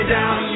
down